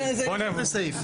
זה בהתאם לסעיף.